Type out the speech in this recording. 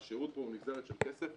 השירות פה הוא נגזרת של כסף.